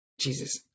jesus